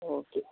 okay